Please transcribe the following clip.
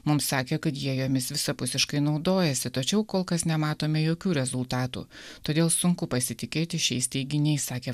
mums sakė kad jie jomis visapusiškai naudojasi tačiau kol kas nematome jokių rezultatų todėl sunku pasitikėti šiais teiginiais sakė